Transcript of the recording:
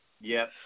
Yes